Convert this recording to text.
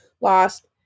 lost